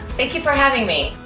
thank you for having me.